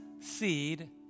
seed